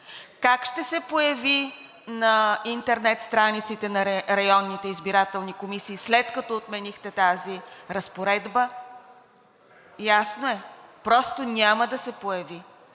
как ще се появи на интернет страниците на районните избирателни комисии, след като отменихте тази разпоредба? Ясно е, просто няма да се появи.